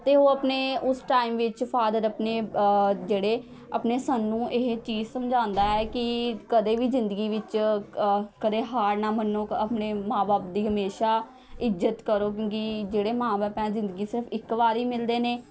ਅਤੇ ਉਹ ਆਪਣੇ ਉਸ ਟਾਈਮ ਵਿੱਚ ਫਾਦਰ ਆਪਣੇ ਜਿਹੜੇ ਆਪਣੇ ਸੰਨ ਨੂੰ ਇਹ ਚੀਜ਼ ਸਮਝਾਉਂਦਾ ਹੈ ਕਿ ਕਦੇ ਵੀ ਜ਼ਿੰਦਗੀ ਵਿੱਚ ਕਦੇ ਹਾਰ ਨਾ ਮੰਨੋ ਆਪਣੇ ਮਾਂ ਬਾਪ ਦੀ ਹਮੇਸ਼ਾ ਇੱਜਤ ਕਰੋ ਕਿਉਂਕਿ ਜਿਹੜੇ ਮਾਂ ਬਾਪ ਆ ਜ਼ਿੰਦਗੀ 'ਚ ਸਿਰਫ਼ ਇੱਕ ਵਾਰ ਹੀ ਮਿਲਦੇ ਨੇ